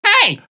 Hey